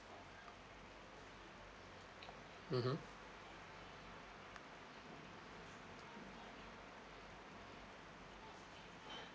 mmhmm